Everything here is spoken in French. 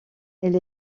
elle